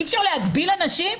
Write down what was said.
אי אפשר להגביל אנשים?